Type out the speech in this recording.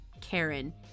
Karen